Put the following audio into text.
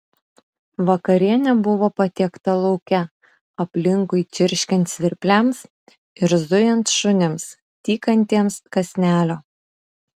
vakarienė buvo patiekta lauke aplinkui čirškiant svirpliams ir zujant šunims tykantiems kąsnelio